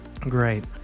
great